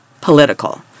political